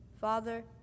Father